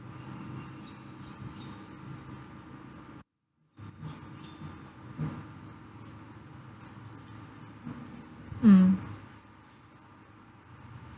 mm